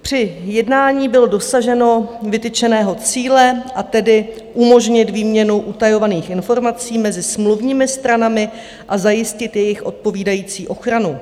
Při jednání bylo dosaženo vytyčeného cíle, a tedy umožnit výměnu utajovaných informací mezi smluvními stranami a zajistit jejich odpovídající ochranu.